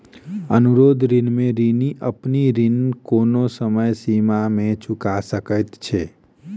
अनुरोध ऋण में ऋणी अपन ऋण कोनो समय सीमा में चूका सकैत छै